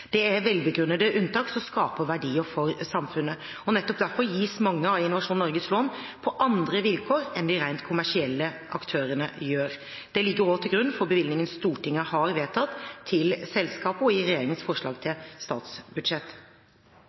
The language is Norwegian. er velbegrunnede unntak som skaper verdier for samfunnet. Nettopp derfor gis mange av Innovasjon Norges lån på andre vilkår enn rent kommersielle aktørers lån gjør. Dette ligger også til grunn for bevilgningene Stortinget har vedtatt til selskapet, og i regjeringens forslag til statsbudsjett.